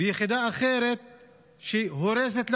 ויחידה אחרת שהורסת לאנשים.